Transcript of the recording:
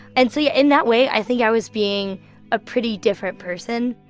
and so yeah in that way, i think i was being a pretty different person